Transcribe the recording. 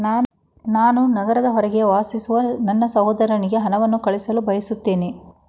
ನಾನು ನಗರದ ಹೊರಗೆ ವಾಸಿಸುವ ನನ್ನ ಸಹೋದರನಿಗೆ ಹಣವನ್ನು ಕಳುಹಿಸಲು ಬಯಸುತ್ತೇನೆ